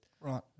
Right